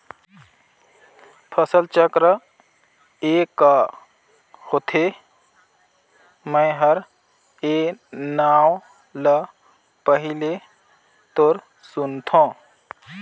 फसल चक्र ए क होथे? मै हर ए नांव ल पहिले तोर सुनथों